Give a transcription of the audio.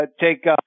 Take